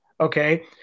Okay